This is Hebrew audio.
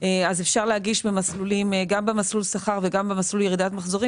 אז אפשר להגיש גם במסלול שכר וגם במסלול ירידת מחזורים.